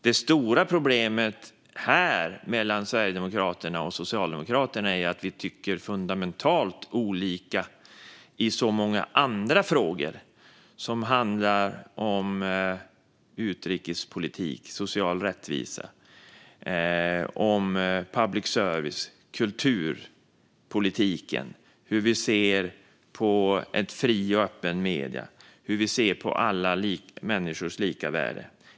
Det stora problemet mellan Sverigedemokraterna och Socialdemokraterna här är att vi tycker fundamentalt olika i så många andra frågor, till exempel utrikespolitik, social rättvisa, public service och kulturpolitiken. Vi är olika i vår syn på fria och öppna medier och på alla människors lika värde.